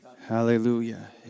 Hallelujah